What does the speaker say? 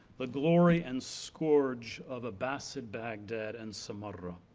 the glory and scourge of abbasid baghdad, and samarra.